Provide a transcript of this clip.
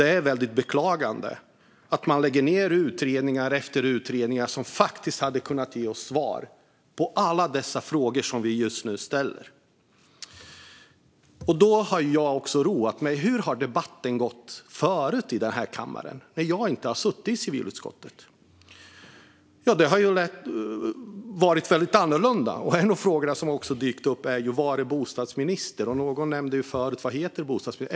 Det är väldigt beklagligt att man lägger ned utredning efter utredning som faktiskt hade kunnat ge oss svar på alla de frågor som vi just nu ställer. Jag har roat mig med att titta på hur debatten i denna kammare har gått förut, när jag inte satt i civilutskottet. Den har varit väldigt annorlunda. En av de frågor som har dykt upp är: Var är bostadsministern? Någon frågade sig tidigare vad bostadsministern heter.